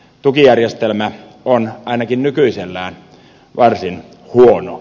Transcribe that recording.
tukijärjestelmä on ainakin nykyisellään varsin huono